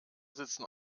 sitzen